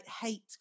hate